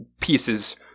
pieces